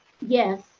yes